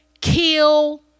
kill